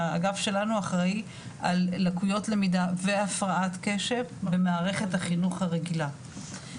האגף שלנו אחראי על לקויות למידה והפרעת קשב במערכת החינוך הרגילה.